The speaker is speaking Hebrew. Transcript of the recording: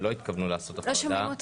לא התכוונו לעשות הפרדה.